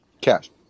Cash